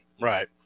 Right